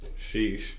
Sheesh